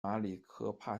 马里科帕